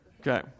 Okay